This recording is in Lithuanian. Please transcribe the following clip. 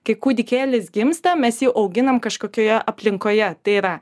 kai kūdikėlis gimsta mes jį auginam kažkokioje aplinkoje tai yra